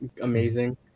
amazing